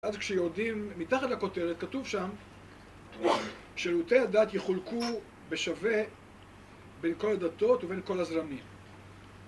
אז כשיורדים, מתחת לכותרת כתוב שם שירותי הדת יחולקו בשווה בין כל הדתות ובין כל הזרמים